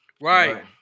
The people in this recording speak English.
Right